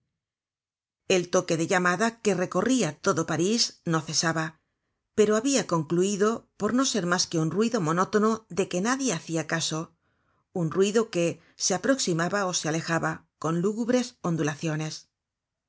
el toque de llamada que recorria todo parís no cesaba pero habia concluido por no ser mas que un ruido monótono de que nadie hacia casa un ruido que se aproximaba ó se alejaba con lúgubres ondulaciones